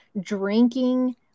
drinking